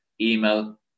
email